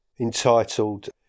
entitled